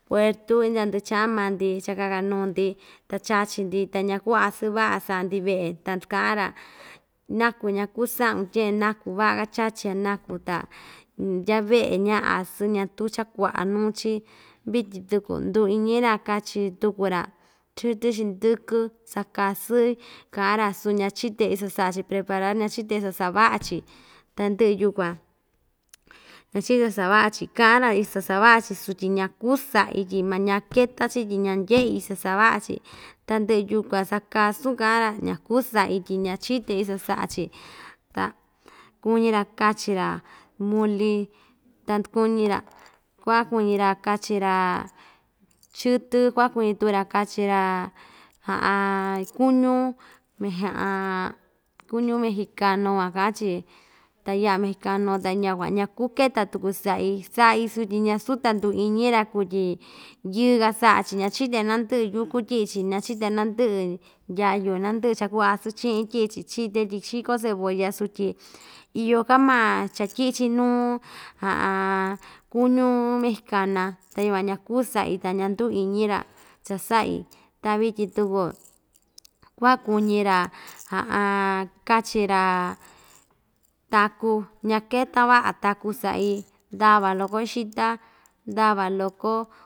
Puertu indya ndɨ'ɨ cha'an maa‑ndi chakaka nuu‑ndi ta chachi‑ndi ta ñaku asɨɨn va'a sa'a‑ndi ve'e ta ka'an‑ra naku ñaku sa'un tye'en naku va'a‑ka chachi ya naku ta ndya ve'e ña asɨɨn ñatu cha kua'a nuu‑chi vityin tuku nduu iñi‑ra kachi tuku‑ra chɨtɨ xindɨkɨ sakasɨɨ ka'an‑ra su ñachite iso sa'a‑chi preparar ñachite iso sava'a‑chi ta ndɨ'ɨ yukuan ñachite sava'a‑chi ka'an‑ra iso sava'a‑chi sutyi ñakuu sa'i tyi ma ñaketa‑chi tyi ñandye'i iso sava'a‑chi tandɨ'ɨ yukuan sakasun ka'an‑ra ñaku sa'i tyi ñachite iso sa'a‑chi ta kuñi‑ra kachi‑ra muli ta kuñi‑ra ku'a kuñi‑ra kachi‑ra chɨtɨ ku'a kuñi tuku‑ra kachi‑ra kuñú kuñú mexicanu van ka'an‑chi ta ya'a mexicanu va ñaku keta tuku sa'i sa'i sutyi ñasu ta nduu iñi‑ra kuu tyi yɨɨ‑ka sa'a‑chi ñachite nandɨ'ɨ yukú tyi'i‑chi ñachite nandɨ'ɨ ndyayu nandɨ'ɨ cha kuu asɨɨn chi'in tyi'i‑chi chite tyi xiko cebolla sutyi iyo‑ka maa cha‑tyi'i‑chi nuu kuñu mexicana ta yukuan ñaku sa'i ta ña‑nduu iñi‑ra cha‑sa'i ta vityin tuku ku'va kuñi‑ra kachi‑ra taku ñaketa va'a taku sa'i ndava loko xita ndava loko.